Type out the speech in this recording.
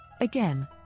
Again